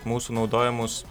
mūsų naudojamus